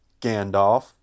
Gandalf